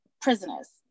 prisoners